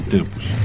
Tempos